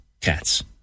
cats